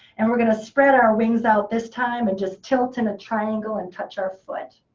and we're going to spread our wings out this time, and just tilt in a triangle and touch our foot.